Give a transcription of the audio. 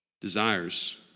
desires